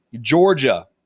Georgia